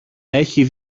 έχει